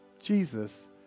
Jesus